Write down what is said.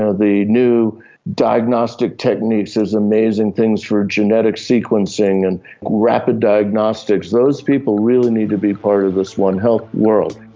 so the new diagnostic techniques, those amazing things for genetic sequencing and rapid diagnostics, those people really need to be part of this one health world.